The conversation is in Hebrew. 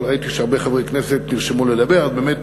אבל ראיתי שהרבה חברי כנסת נרשמו לדבר, אז באמת,